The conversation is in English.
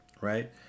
right